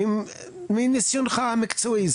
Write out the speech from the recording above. האם מניסיונך המקצועי,